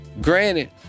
Granted